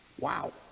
Wow